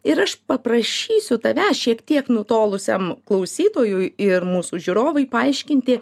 ir aš paprašysiu tavęs šiek tiek nutolusiam klausytojui ir mūsų žiūrovui paaiškinti